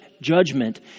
judgment